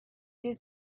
his